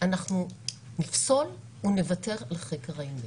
אנחנו נפסול ונוותר על חקר האמת.